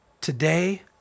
today